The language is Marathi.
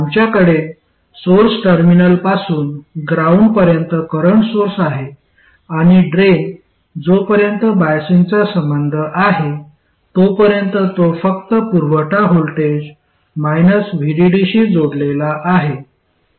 आमच्याकडे सोर्स टर्मिनलपासून ग्राउंड पर्यंत करंट सोर्स आहे आणि ड्रेन जोपर्यंत बायसिंगचा संबंध आहे तोपर्यंत तो फक्त पुरवठा व्होल्टेज VDD शी जोडलेला आहे